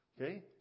Okay